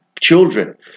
children